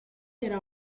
era